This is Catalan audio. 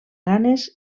ganes